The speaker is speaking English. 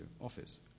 office